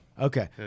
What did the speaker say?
Okay